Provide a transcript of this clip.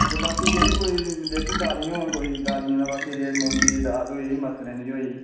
अच्छा बाकी जेह्ड़ी कोई जेह्की दालियां कोई दालियें दा केह् रेट मुंगी दी दाल होई गेई मसरें दी होई गेई